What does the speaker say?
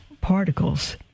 particles